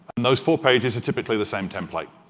and those four pages are typically the same template.